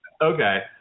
Okay